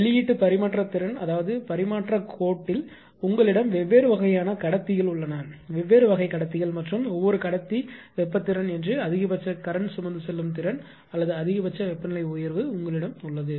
வெளியீட்டு பரிமாற்றத் திறன் அதாவது பரிமாற்றக் கோட்டில் உங்களிடம் வெவ்வேறு வகையான கடத்திகள் உள்ளன வெவ்வேறு வகை கடத்திகள் மற்றும் ஒவ்வொரு கடத்தி வெப்ப திறன் என்று அதிகபட்ச கரண்ட் சுமந்து செல்லும் திறன் அல்லது அதிகபட்ச வெப்பநிலை உயர்வு உங்களிடம் உள்ளது